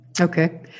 Okay